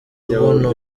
buno